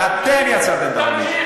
אתם יצרתם את העוני.